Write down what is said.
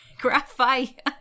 Graphite